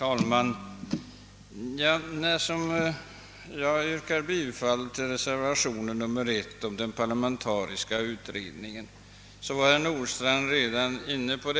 Herr talman! När jag yrkade bifall till reservationen 1 om den parlamentariska utredningen, så tänkte jag liksom herr Nordstrandh på kostnaderna för